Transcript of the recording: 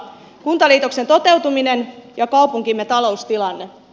kuntaliitoksen toteutuminen ja kaupunkimme taloustilanne